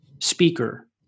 speaker